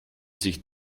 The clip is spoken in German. sich